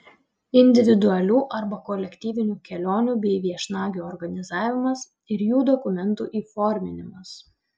individualių arba kolektyvinių kelionių bei viešnagių organizavimas ir jų dokumentų įforminimas